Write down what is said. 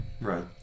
Right